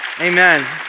Amen